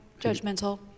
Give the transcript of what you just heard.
judgmental